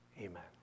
Amen